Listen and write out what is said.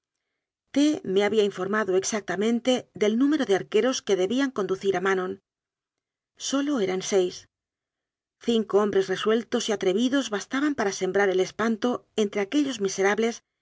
prueba t me había informado exactamente del número de arqueros que debían conducir a manon sólo eran seis cinco hombres resueltos y atrevidos bastaban para sembrar el espanto entre aquellos